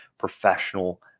Professional